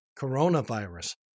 Coronavirus